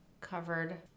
covered